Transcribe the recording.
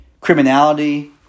criminality